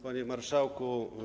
Panie Marszałku!